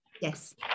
Yes